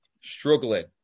struggling